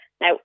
Now